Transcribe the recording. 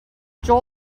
joel